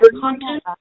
content